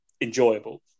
enjoyable